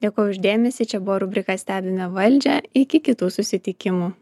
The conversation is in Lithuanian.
dėkoju už dėmesį čia buvo rubrika stebime valdžią iki kitų susitikimų